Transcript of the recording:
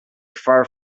far